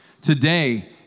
Today